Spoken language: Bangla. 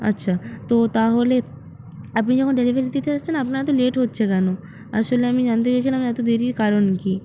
আচ্ছা তো তাহলে আপনি যখন ডেলিভারি দিতে আসছেন আপনার এতো লেট হচ্ছে কেনো আসলে আমি জানতে চাইছিলাম এতো দেরির কারণ কী